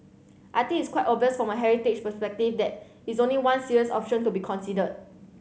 I think it's quite obvious from a heritage perspective that is only one serious option to be considered